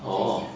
oh